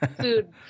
food